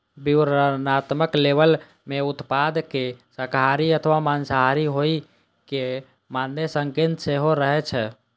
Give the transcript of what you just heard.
विवरणात्मक लेबल मे उत्पाद के शाकाहारी अथवा मांसाहारी होइ के मादे संकेत सेहो रहै छै